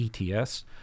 ETS